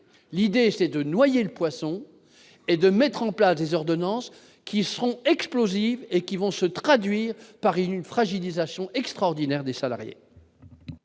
l'idée c'est de noyer le poisson et de mettre en place des ordonnances qui seront explosives et qui vont se traduire par une une fragilisation extraordinaire des salariés.